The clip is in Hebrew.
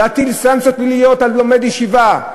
להטיל סנקציות פליליות על לומד בישיבה,